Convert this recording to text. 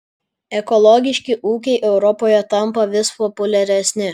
ekologiški ūkiai europoje tampa vis populiaresni